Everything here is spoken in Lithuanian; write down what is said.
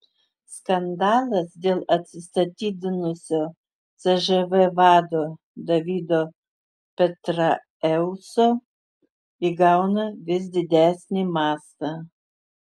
skandalas dėl atsistatydinusio cžv vado davido petraeuso įgauna vis didesnį mastą